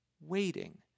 waiting